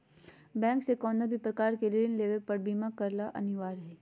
bank से कउनो भी प्रकार के ऋण लेवे ले बीमा करला अनिवार्य हय